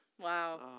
Wow